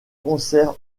concerts